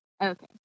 Okay